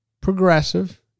progressive